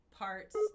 parts